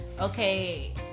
okay